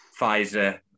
Pfizer-